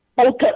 Okay